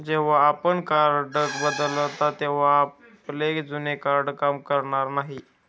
जेव्हा आपण कार्ड बदलता तेव्हा आपले जुने कार्ड काम करणार नाही